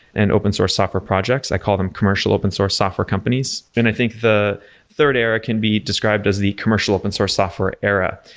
and open-source software projects. i call them commercial open source software companies and i think the third era can be described as the commercial open source software era.